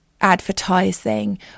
advertising